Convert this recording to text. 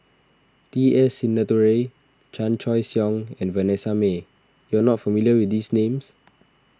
T S Sinnathuray Chan Choy Siong and Vanessa Mae you are not familiar with these names